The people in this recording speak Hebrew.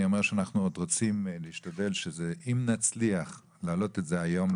אנחנו רוצים להשתדל להעלות את זה עוד היום,